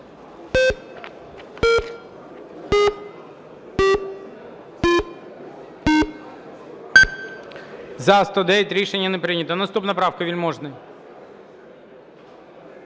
За-109 Рішення не прийнято. Наступна правка – Вельможний.